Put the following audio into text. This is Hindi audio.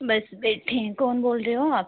बस बैठे हैं कौन बोल रहे हो आप